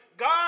God